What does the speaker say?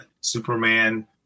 Superman